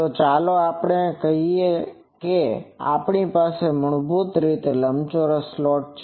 તો ચાલો આપણે કહીએ કે આપણી પાસે મૂળભૂત રીતે લંબચોરસ સ્લોટ છે